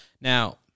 Now